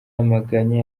amaganya